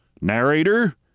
Narrator